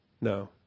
No